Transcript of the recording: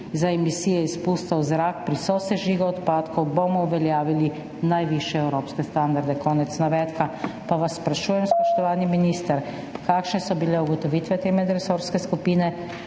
Za emisije izpustov v zrak pri sosežigu odpadkov bomo uveljavili najvišje evropske standarde«. Konec navedka. Pa vas sprašujem, spoštovani minister: Kakšne so bile ugotovitve te medresorske skupine?